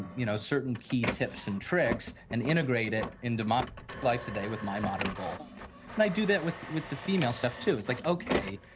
you know, certain key tips and tricks and integrated into my life today with my modern goal and i do that with with the female stuff too, it's like, okay,